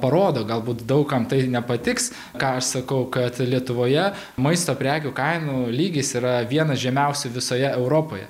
parodo galbūt daug kam tai nepatiks ką aš sakau kad lietuvoje maisto prekių kainų lygis yra vienas žemiausių visoje europoje